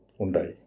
Undai